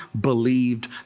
believed